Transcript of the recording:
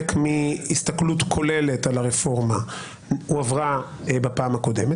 מהסתכלות כוללת על הרפורמה הועברה בפעם הקודמת.